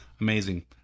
amazing